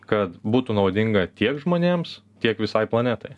kad būtų naudinga tiek žmonėms tiek visai planetai